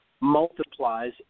multiplies